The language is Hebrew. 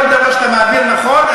כל דבר שאתה מעביר נכון,